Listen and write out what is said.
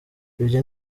ibyo